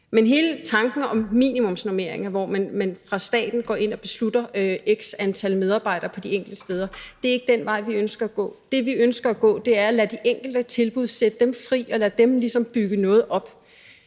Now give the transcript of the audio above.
Men hele tanken om minimumsnormeringer, hvor man fra statens side går ind og beslutter x antal medarbejdere de enkelte steder, er ikke den vej, vi ønsker at gå. Det, vi ønsker, er at sætte de enkelte tilbud fri og ligesom lade dem bygge noget op.